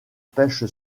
pêche